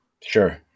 Sure